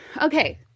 Okay